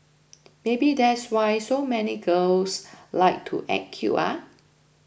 maybe that's why so many girls like to act cute ah